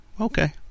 okay